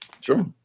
Sure